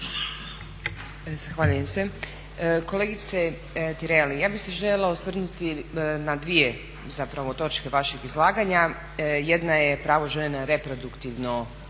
Zahvaljujem se. Kolegice Tireli, ja bih se željela osvrnuti na dvije točke vašeg izlaganja, jedna je pravo žena reproduktivno